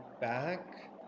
back